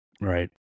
right